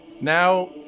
Now